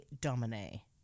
domine